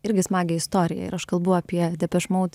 irgi smagią istoriją ir aš kalbu apie depeche mode